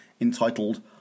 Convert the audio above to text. entitled